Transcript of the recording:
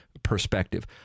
Perspective